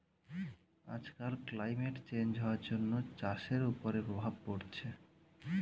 আজকাল climate change হওয়ার জন্য চাষের ওপরে প্রভাব পড়ছে